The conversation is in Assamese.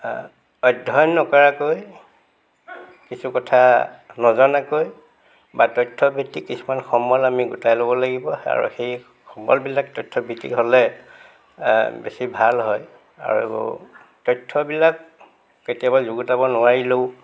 অধ্য়য়ন নকৰাকৈ কিছু কথা নজনাকৈ বা তথ্য়ভিত্তিক কিছুমান সমল আমি গোটাই ল'ব লাগিব আৰু সেই সমলবিলাক তথ্য়ভিত্তিক হ'লে বেছি ভাল হয় আৰু তথ্য়বিলাক কেতিয়াবা যুগুতাব নোৱাৰিলেও